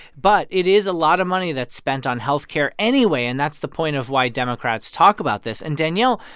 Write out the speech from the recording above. but it is a lot of money that's spent on health care anyway, and that's the point of why democrats talk about this. and, danielle,